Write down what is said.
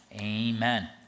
amen